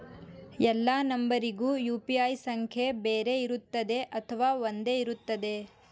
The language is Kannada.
ಎಲ್ಲಾ ನಂಬರಿಗೂ ಯು.ಪಿ.ಐ ಸಂಖ್ಯೆ ಬೇರೆ ಇರುತ್ತದೆ ಅಥವಾ ಒಂದೇ ಇರುತ್ತದೆ?